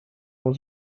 was